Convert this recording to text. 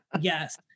Yes